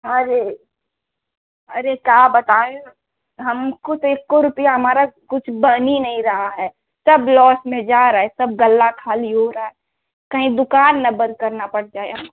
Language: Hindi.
अरे अरे का बताएँ हमको तो एक्को रुपया हमारा कुछ बन ही नहीं रहा है सब लोस में जा रहा है सब गल्ला खाली हो रहा है कहीं दुकान न बंद करना पड़ जाए